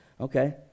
Okay